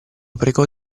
pregò